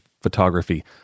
photography